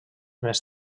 més